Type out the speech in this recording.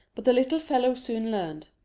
but the little fellow soon learned.